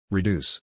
Reduce